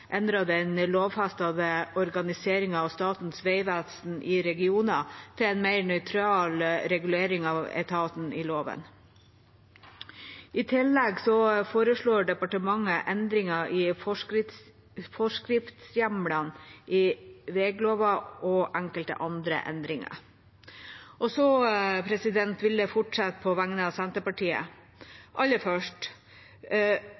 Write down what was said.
den lovfestede organiseringen av Statens vegvesen i regioner til en mer nøytral regulering av etaten i lova. I tillegg foreslår departementet endringer i forskriftshjemlene i veglova og enkelte andre endringer. Så vil jeg fortsette på vegne av Senterpartiet.